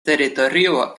teritorio